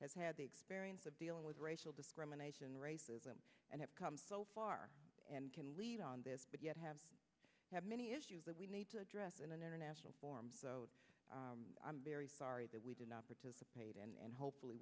has had the experience of dealing with racial discrimination racism and have come so far and can lead on this but have many issues that we need to address in an international forum so i'm very sorry that we did not participate and hopefully